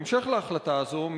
בהמשך להחלטה הזאת,